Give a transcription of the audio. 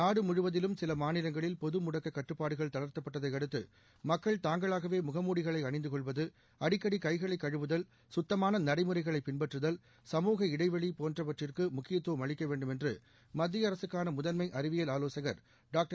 நாடு முழுவதிலும் சில மாநிலங்களில் பொது முடக்க கட்டுப்பாடுகள் தளர்த்தப்பட்டதை அடுத்து மக்கள் தாங்களாகவே முகமூடிகளை அணிந்துகொள்வதுஅடிக்கடி கைகளை கழுவுதல் சுத்தமான நடைமுறைகளை பின்பற்றுதல் சமூக இடைவெளி அளிக்கவேண்டும் என்று மத்திய அரசுக்கான முதன்மை அறிவியல் ஆலோசகர் டாக்டர்